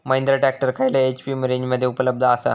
Mahindra tractor खयल्या HP रेंजमध्ये उपलब्ध आसा?